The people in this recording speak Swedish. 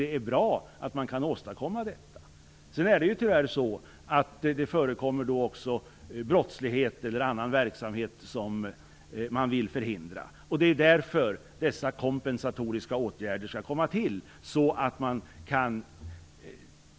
Det är bra att man kan åstadkomma detta. Sedan förekommer det ju tyvärr brottslig eller annan verksamhet som man vill förhindra, och det är därför dessa kompensatoriska åtgärder behövs.